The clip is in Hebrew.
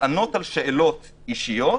לענות על שאלות אישיות,